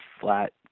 flat